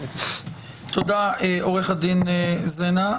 תודה, עו"ד זנה.